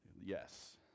yes